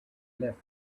left